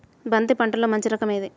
బంతి పంటలో మంచి రకం ఏది?